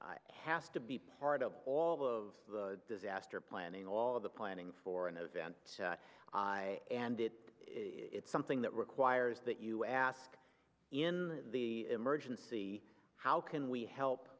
s to be part of all of disaster planning all of the planning for an event and it it's something that requires that you ask in the emergency how can we help